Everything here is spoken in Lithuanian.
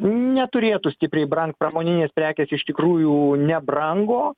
neturėtų stipriai brangt pramoninės prekės iš tikrųjų nebrango